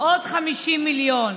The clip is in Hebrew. עוד 50 מיליון